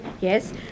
yes